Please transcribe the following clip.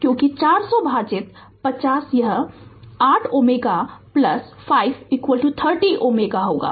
क्योंकि 400 भागित 50 यह 8 Ω 5 30 Ω होगा